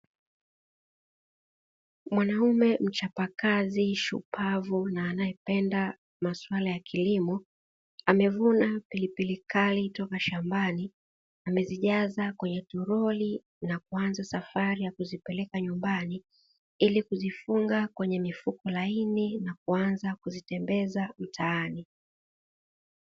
Mwanaume mchapakazi shupavu na anaependa maswala ya kilimo amevuna pilipili kali toka shambani, amezijaza kwenye toroli na kuanza safari ya kuzipeleka nyumbani ili kuzifunga kwenye mifuko laini na kuanza kuzitembeza mtaani.